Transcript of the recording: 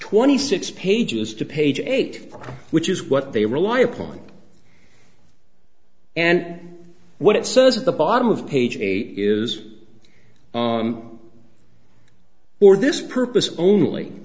twenty six pages to page eight which is what they rely upon and what it says at the bottom of page is for this purpose only